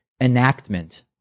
enactment